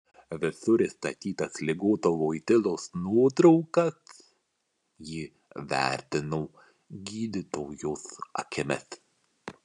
visur išstatytas ligoto voitylos nuotraukas ji vertino gydytojos akimis